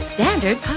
Standard